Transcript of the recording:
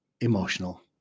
emotional